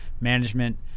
management